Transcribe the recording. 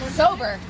sober